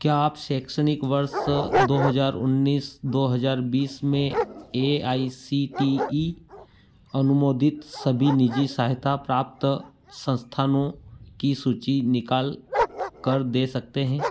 क्या आप शैक्षणिक वर्ष दो हज़ार उन्नीस दो हज़ार बीस में A I C T E अनुमोदित सभी निजी सहायता प्राप्त संस्थानों की सूची निकाल कर दे सकते हैं